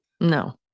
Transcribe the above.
No